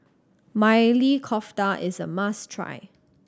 Maili Kofta is a must try